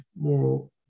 more